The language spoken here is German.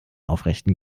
aufrechten